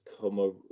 come